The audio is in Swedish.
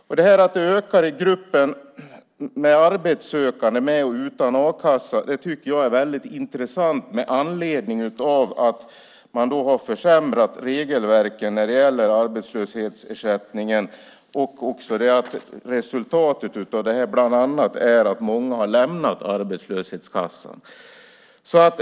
Att socialbidragen ökar i gruppen arbetssökande med och utan a-kassa är väldigt intressant med tanke på att man har försämrat regelverken för arbetslöshetsersättningen. Resultatet av det är bland annat att många har lämnat arbetslöshetskassan.